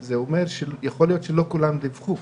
זה אומר שיכול להיות שלא כולם דיווחו.